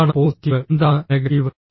എന്താണ് പോസിറ്റീവ് എന്താണ് നെഗറ്റീവ്